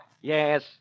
Yes